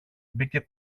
μπήκε